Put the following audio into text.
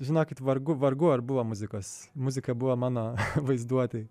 žinokit vargu vargu ar buvo muzikos muzika buvo mano vaizduotėj